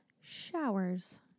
showers